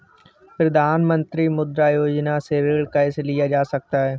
प्रधानमंत्री मुद्रा योजना से ऋण कैसे लिया जा सकता है?